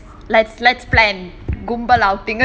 yes let's let's plan